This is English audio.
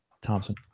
Thompson